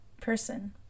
Person